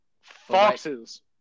Foxes